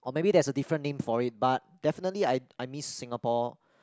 or maybe there's a different name for it but definitely I I miss Singapore